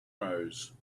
rose